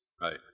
Right